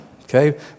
Okay